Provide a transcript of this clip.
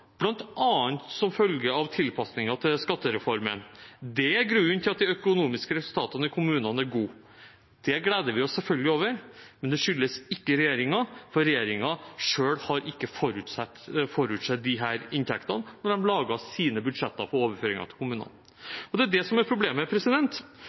bl.a. som følge av tilpasninger til skattereformen, som er grunnen til at de økonomiske resultatene i kommunene er gode. Det gleder vi oss selvfølgelig over, men det skyldes ikke regjeringen, for regjeringen selv har ikke forutsett disse inntektene da de laget sine budsjetter for overføringer til